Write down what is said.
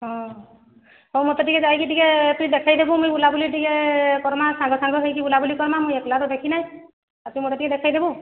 ହଁ ହଉ ମୋତେ ଟିକିଏ ଯାଇକି ଟିକିଏ ଟିକିଏ ଦେଖେଇଦେବୁ ମୁଁ ବୁଲାବୁଲି ଟିକିଏ କର୍ମା ସାଙ୍ଗ ଫାଙ୍ଗ ହୋଇକି ବୁଲାବୁଲି କର୍ମା ମୁଁ ଏକ୍ଲା ତ ଦେଖି ନାହିଁ ଆଉ ତୁଇ ମୋତେ ଟିକିଏ ଦେଖେଇଦେବୁ